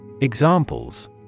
Examples